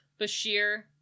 Bashir